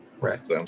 right